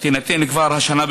תינתן כבר השנה,